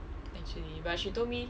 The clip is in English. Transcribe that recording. actually but she told me